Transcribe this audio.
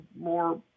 more